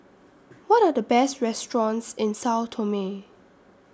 What Are The Best restaurants in Sao Tome